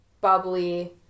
bubbly